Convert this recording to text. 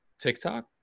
TikTok